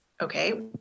Okay